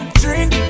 drink